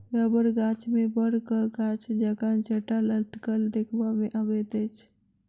रबड़ गाछ मे बड़क गाछ जकाँ जटा लटकल देखबा मे अबैत अछि